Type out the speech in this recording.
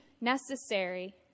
necessary